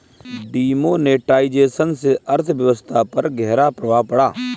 demonetisation से अर्थव्यवस्था पर ग़हरा प्रभाव पड़ा